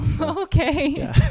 Okay